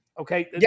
okay